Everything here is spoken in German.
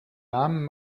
namen